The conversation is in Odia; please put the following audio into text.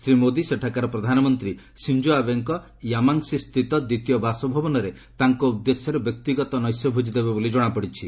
ଶ୍ରୀ ମୋଦି ସେଠାକାର ପ୍ରଧାନମନ୍ତ୍ରୀ ସିଞ୍ଜୋ ଆବେଙ୍କ ୟାମାଂସିସ୍ଥିତ ଦ୍ୱିତୀୟ ବାସଭବନରେ ତାଙ୍କ ଉଦ୍ଦେଶ୍ୟରେ ବ୍ୟକ୍ତିଗତ ନୈଶ ଭୋଜି ଦେବେ ବୋଲି ଜଣାପଡ଼ିଛି